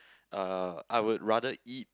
uh I would rather eat